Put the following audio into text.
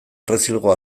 errezilgo